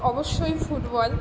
অবশ্যই ফুটবল